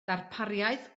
darpariaeth